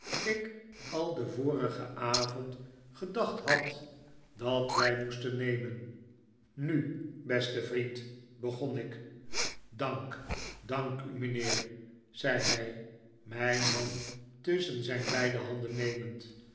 ik al den vorigen avond gedacht had dat wij moesten nemen nu beste vriend begon ik dank dank u mijnheer zei hij mijn hand tusschen zijn beide handen nemend